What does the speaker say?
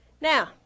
Now